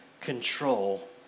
control